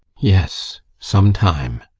yes, some time.